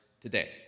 today